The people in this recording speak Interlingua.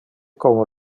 como